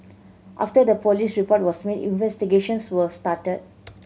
after the police report was made investigations were started